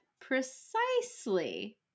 precisely